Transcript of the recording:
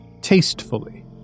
tastefully